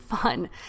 fun